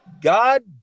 God